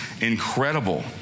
incredible